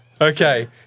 Okay